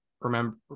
remember